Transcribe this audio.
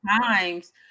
times